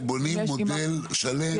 אתם בונים מודל שלם.